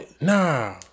Nah